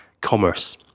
commerce